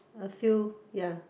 a few ya